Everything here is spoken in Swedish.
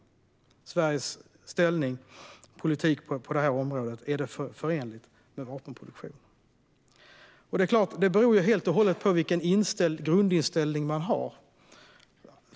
Är Sveriges ställning och politik på det här området förenliga med vapenproduktion? Det beror helt och hållet på vilken grundinställning man har.